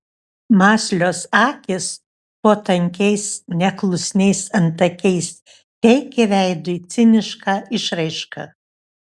mąslios akys po tankiais neklusniais antakiais teikė veidui cinišką išraišką